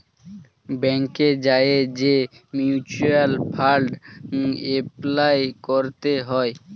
ব্যাংকে যাঁয়ে যে মিউচ্যুয়াল ফাল্ড এপলাই ক্যরতে হ্যয়